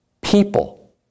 people